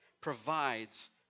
provides